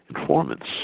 informants